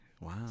Wow